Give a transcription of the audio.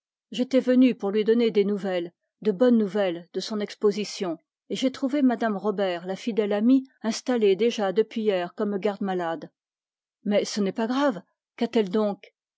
des nouvelles de bonnes nouvelles de son exposition et j'ai trouvé mme robert la fidèle amie installée depuis hier comme garde-malade mais ce n'est pas grave qu'a-t-elle donc